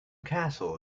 castle